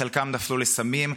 חלקם נפלו לסמים,